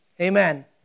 Amen